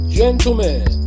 gentlemen